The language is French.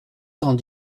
cent